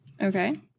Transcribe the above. Okay